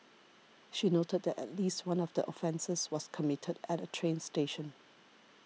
she noted that at least one of the offences was committed at a train station